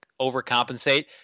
overcompensate